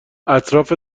اطراف